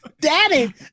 Daddy